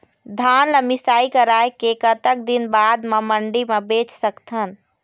धान ला मिसाई कराए के कतक दिन बाद मा मंडी मा बेच सकथन?